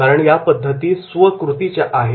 कारण या पद्धती स्व कृतीच्या आहेत